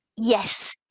yes